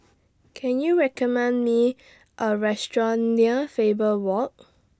Can YOU recommend Me A Restaurant near Faber Walk